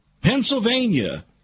Pennsylvania